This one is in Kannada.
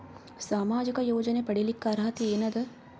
ಸಾಮಾಜಿಕ ಯೋಜನೆ ಪಡಿಲಿಕ್ಕ ಅರ್ಹತಿ ಎನದ?